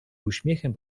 uśmiechem